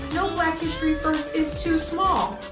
no black history first is too small,